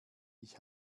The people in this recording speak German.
ich